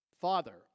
Father